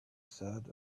said